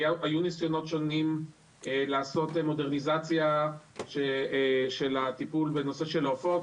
היו ניסיונות שונים לעשות מודרניזציה בנושא טיפול בעופות,